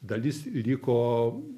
dalis liko